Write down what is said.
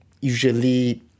usually